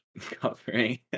covering